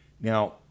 Now